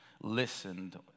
listened